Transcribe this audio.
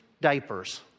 diapers